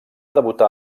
debutar